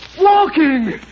Walking